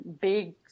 big